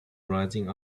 rising